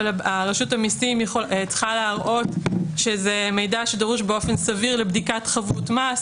אבל רשות המסים צריכה להראות שזה מידע שדרוש באופן סביר לבדיקת חבות מס.